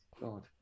God